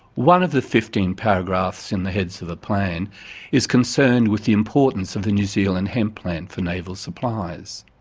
one of the fifteen paragraphs in the heads of a plan is concerned with the importance of the new zealand hemp plant for naval supplies.